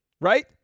right